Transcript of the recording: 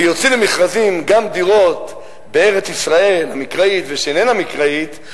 ויוציא למכרזים גם דירות בארץ-ישראל המקראית ושאיננה מקראית,